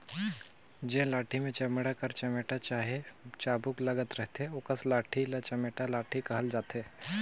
जेन लाठी मे चमड़ा कर चमेटा चहे चाबूक लगल रहथे ओकस लाठी ल चमेटा लाठी कहल जाथे